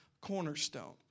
cornerstone